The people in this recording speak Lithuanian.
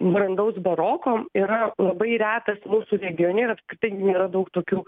brandaus baroko yra labai retas mūsų regione apskritai nėra daug tokių